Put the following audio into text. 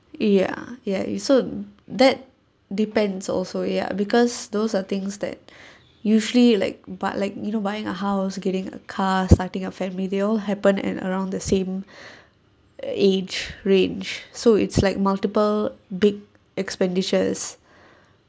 ya ya it so that depends also ya because those are things that usually like but like you know buying a house getting a car starting a family they all happened at around the same age range so it's like multiple big expenditures